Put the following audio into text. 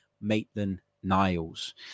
Maitland-Niles